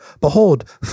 Behold